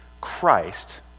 Christ